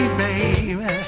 baby